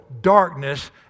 darkness